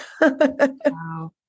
Wow